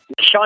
Sean